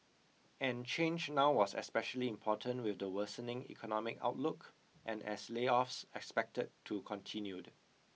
and change now was especially important with the worsening economic outlook and as layoffs expected to continued